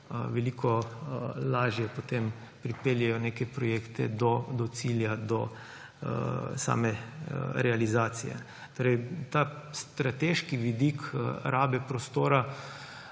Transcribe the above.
veliko lažje potem pripeljejo neke projekte do cilja, do same realizacije. Ta strateški vidik rabe prostora,